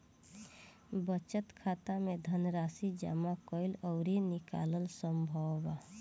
बचत खाता में धनराशि जामा कईल अउरी निकालल संभव बा